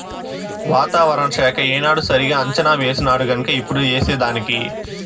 వాతావరణ శాఖ ఏనాడు సరిగా అంచనా వేసినాడుగన్క ఇప్పుడు ఏసేదానికి